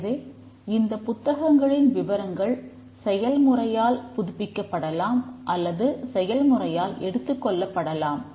எனவே இந்தப் புத்தகங்களின் விவரங்கள் செயல்முறையால் புதுப்பிக்கப்படலாம் அல்லது செயல்முறையால் எடுத்துக்கொள்ளப்படலாம்